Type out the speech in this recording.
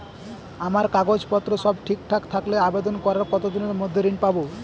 আমার কাগজ পত্র সব ঠিকঠাক থাকলে আবেদন করার কতদিনের মধ্যে ঋণ পাব?